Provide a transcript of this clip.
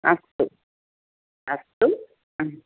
अस्तु अस्तु